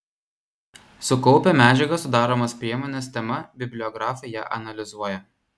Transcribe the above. sukaupę medžiagą sudaromos priemonės tema bibliografai ją analizuoja